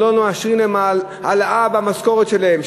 או לא מאשרים להם העלאה במשכורת שלהם,